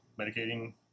medicating